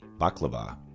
baklava